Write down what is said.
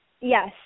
yes